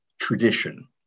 tradition